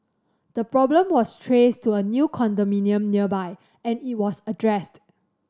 the problem was traced to a new condominium nearby and it was addressed